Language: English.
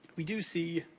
we do see,